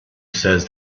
says